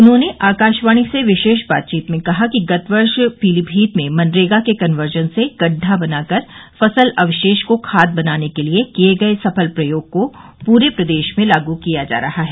उन्होंने आकाशवाणी से विशेष बातचीत में कहा कि गत वर्ष पीलीभीत में मनरेगा के कन्वर्जन से गड़ढा बनाकर फसल अवशेष को खाद बनाने के लिए किये गये सफल प्रयोग को पूरे प्रदेश में लागू किया जा रहा है